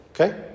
Okay